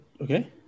Okay